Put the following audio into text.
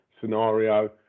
scenario